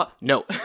no